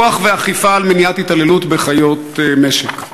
הפיקוח והאכיפה של מניעת התעללות בחיות משק,